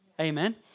Amen